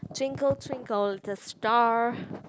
twinkle twinkle little star